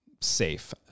safe